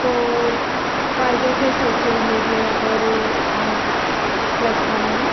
તો ફાયદો છે સોશિયલ મીડિયા પર આ પ્લેટફોર્મનો